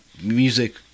music